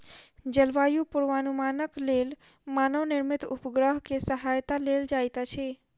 जलवायु पूर्वानुमानक लेल मानव निर्मित उपग्रह के सहायता लेल जाइत अछि